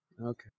Okay